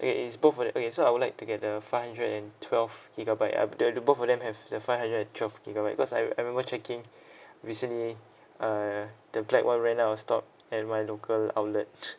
okay is both of them okay so I would like to get the five hundred and twelve gigabyte uh do do both of them have the five hundred and twelve gigabyte because I I remember checking recently uh the black one ran out of stock at my local outlet